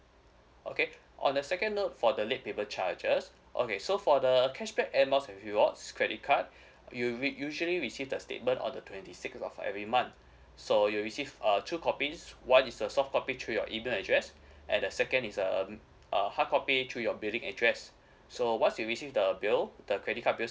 okay on the second note for the late payment charges okay so for the cashback airmiles and rewards credit card you we usually we see the statement on the twenty six of every month so you'll receive uh two copies one is a soft copy through your email address and the second is um uh hard copy to your billing address so once you receive the bill the credit card bills